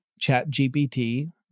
ChatGPT